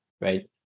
right